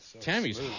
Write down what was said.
Tammy's